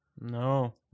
No